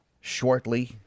Shortly